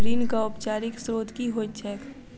ऋणक औपचारिक स्त्रोत की होइत छैक?